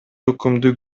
өкүмдү